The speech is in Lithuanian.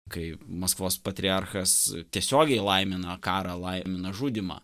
kai maskvos patriarchas tiesiogiai laimina karą laimina žudymą